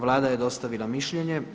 Vlada je dostavila mišljenje.